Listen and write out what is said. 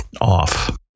off